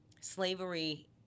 slavery